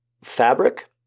fabric